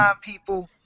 people